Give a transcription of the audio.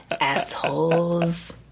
assholes